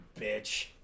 bitch